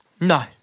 No